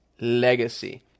legacy